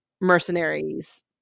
mercenaries